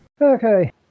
Okay